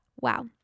Wow